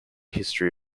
history